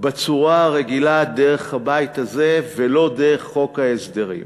בצורה הרגילה, דרך הבית הזה, ולא דרך חוק ההסדרים.